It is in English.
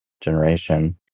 generation